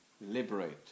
Liberate